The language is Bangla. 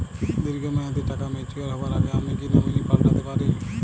দীর্ঘ মেয়াদি টাকা ম্যাচিউর হবার আগে আমি কি নমিনি পাল্টা তে পারি?